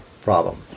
problem